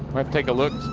take a look,